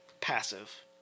passive